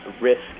risk